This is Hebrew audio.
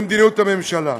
במדיניות הממשלה.